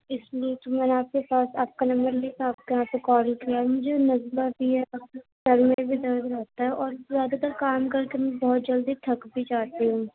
اِس لیے تو میں آپ كے پاس آپ کا نمبر لے کر آپ کے پاس کال کیا ہوں مجھے نزلہ بھی ہے سر میں بھی درد رہتا ہے اور زیادہ تر کام کرکے میں بہت جلد تھک بھی جاتی ہوں